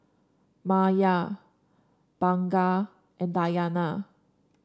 Maya Bunga and Dayana